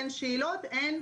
אין שאלות.